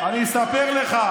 ממשלת הליכוד, אני אספר לך.